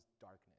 darkness